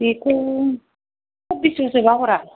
बेखौ बेसे बेसेबां ह'रा